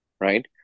right